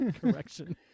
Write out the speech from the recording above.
correction